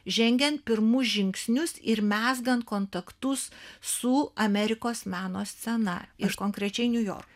žengiant pirmus žingsnius ir mezgant kontaktus su amerikos meno scena iš konkrečiai niujorku